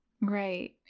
right